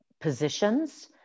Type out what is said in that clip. positions